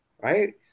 Right